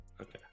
Okay